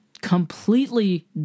completely